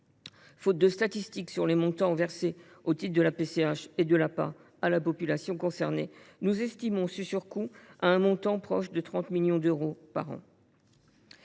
Faute de statistiques sur les montants versés au titre de la PCH et de l’APA à la population concernée, nous estimons ce surcoût à un montant proche de 30 millions d’euros par an.